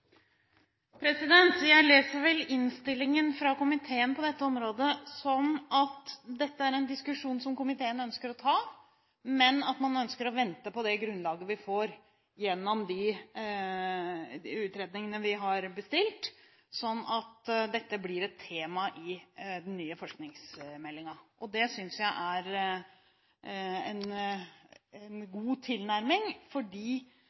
debatt. Jeg leser vel innstillingen fra komiteen på dette området som at dette er en diskusjon som komiteen ønsker å ta, men at man ønsker å vente på det grunnlaget vi får, gjennom de utredningene vi har bestilt, slik at dette blir et tema i den nye forskningsmeldingen. Det synes jeg er en